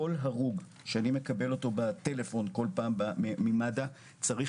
כל הרוג שאני מקבל עליו דיווח בטלפון ממד"א צריך